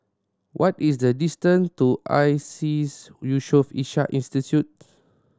what is the distance to ISEAS Yusof Ishak Institute